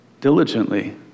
diligently